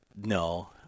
No